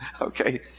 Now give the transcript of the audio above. okay